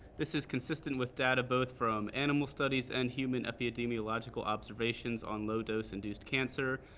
this is consistent with data both from animal studies and human epidemiological observations on low-dose induced cancer.